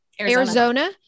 Arizona